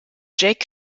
jack